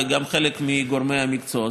וגם חלק מגורמי המקצוע,